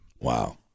Wow